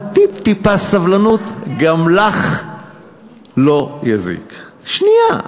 אבל טיפה סבלנות גם לך לא תזיק, שנייה.